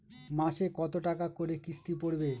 মাসে কত টাকা করে কিস্তি পড়বে?